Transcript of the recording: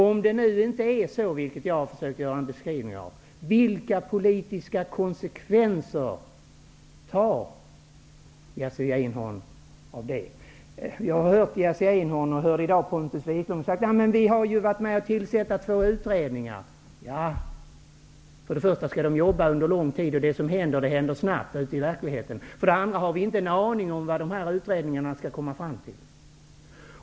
Om det inte är så som jag har försökt att beskriva förhållandena, vilka konsekvenser tar då Jerzy Einhorn politiskt? Jag har lyssnat på Jerzy Einhorn och jag har också hört Pontus Wiklund i dag säga: Vi har varit med om att tillsätta två utredningar. Ja, men för det första skall utredningarna jobba under lång tid, och saker händer snabbt i verkligheten. För det andra har vi inte en aning om vad utredningarna skall komma fram till.